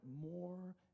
more